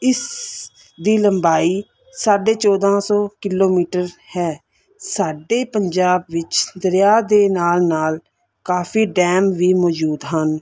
ਇਸ ਦੀ ਲੰਬਾਈ ਸਾਢੇ ਚੌਦ੍ਹਾਂ ਸੌ ਕਿਲੋਮੀਟਰ ਹੈ ਸਾਡੇ ਪੰਜਾਬ ਵਿੱਚ ਦਰਿਆ ਦੇ ਨਾਲ ਨਾਲ ਕਾਫੀ ਡੈਮ ਵੀ ਮੌਜੂਦ ਹਨ